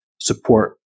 support